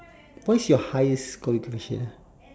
what's your highest qualification ah